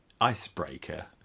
icebreaker